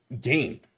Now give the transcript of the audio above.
game